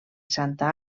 santa